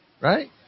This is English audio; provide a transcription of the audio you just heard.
Right